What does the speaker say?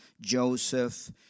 Joseph